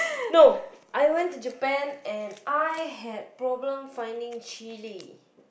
no I went to Japan and I had problem finding chilli